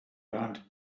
learned